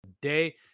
day